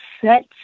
set